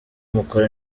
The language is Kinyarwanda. mukora